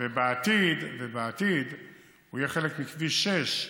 בעתיד הוא יהיה חלק מכביש 6,